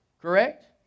Correct